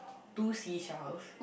two seashells